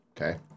Okay